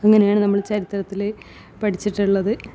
അങ്ങനെയാണ് നമ്മൾ ചരിത്രത്തിൽ പഠിച്ചിട്ടുള്ളത്